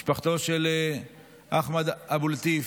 משפחתו של אחמד אבו לטיף,